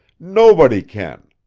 nobody can!